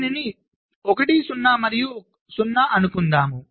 దీనిని 1 0 మరియు 0 అనుకుందాము